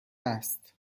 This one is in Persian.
است